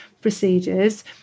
procedures